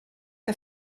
que